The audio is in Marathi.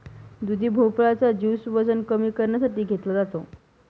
दुधी भोपळा चा ज्युस वजन कमी करण्यासाठी घेतला जातो